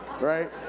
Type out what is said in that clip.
right